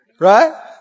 Right